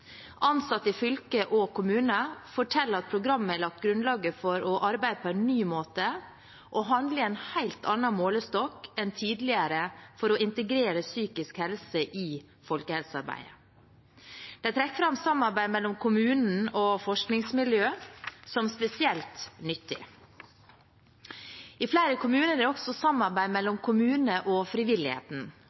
Ansatte i fylker og kommuner forteller at programmet har lagt grunnlaget for å arbeide på en ny måte og handle i en helt annen målestokk enn tidligere for å integrere psykisk helse i folkehelsearbeidet. De trekker fram samarbeidet mellom kommunen og forskningsmiljøer som spesielt nyttig. I flere kommuner er det også samarbeid mellom kommunen og frivilligheten,